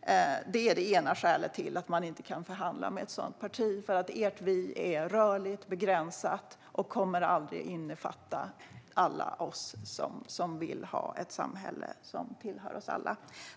Detta är det ena skälet till att man inte kan förhandla med ett sådant parti. Ert "vi" är rörligt och begränsat, och det kommer aldrig att innefatta alla oss som vill ha ett samhälle som tillhör oss alla.